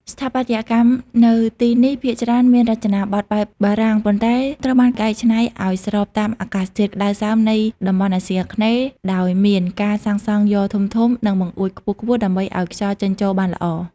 ស្ថាបត្យកម្មនៅទីនេះភាគច្រើនមានរចនាប័ទ្មបែបបារាំង ប៉ុន្តែត្រូវបានកែច្នៃឱ្យស្របតាមអាកាសធាតុក្តៅសើមនៃតំបន់អាស៊ីអាគ្នេយ៍ ដោយមានការសាងសង់យ៉រធំៗ និងបង្អួចខ្ពស់ៗដើម្បីឱ្យខ្យល់ចេញចូលបានល្អ។